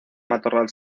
matorral